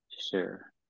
Sure